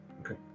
Okay